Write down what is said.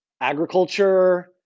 agriculture